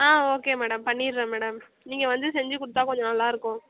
ஆ okay madam பண்ணிடுறேன் madam நீங்கள் வந்து செஞ்சு கொடுத்தா கொஞ்சம் நல்லாயிருக்கும்